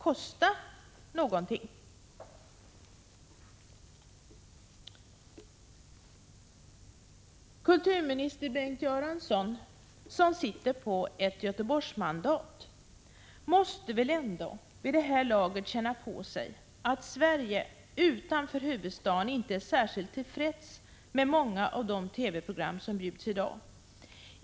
Kulturminister Bengt Göransson, som sitter på ett Göteborgsmandat, måste väl ändå vid det här laget känna på sig att Sverige utanför huvudstaden inte är särskilt till freds med många av de TV-program som bjuds i dag.